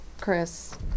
Chris